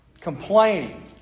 complaining